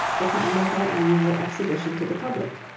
the time of their annual exhibition to the public.